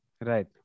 Right